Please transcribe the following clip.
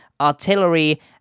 Artillery